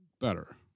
better